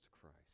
Christ